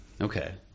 Okay